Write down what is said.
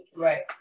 right